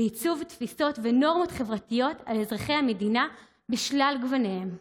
ובעיצוב תפיסות ונורמות חברתיות על אזרחי המדינה על שלל גווניהם.